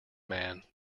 man